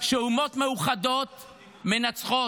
שאומות מאוחדות מנצחות,